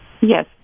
Yes